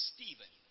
Stephen